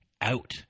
out